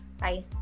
Bye